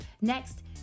Next